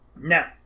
Now